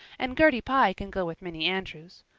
and gertie pye can go with minnie andrews.